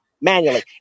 manually